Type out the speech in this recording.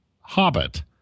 hobbit